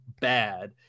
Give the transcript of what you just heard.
bad